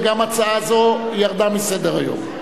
וגם הצעה זו ירדה מסדר-היום.